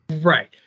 Right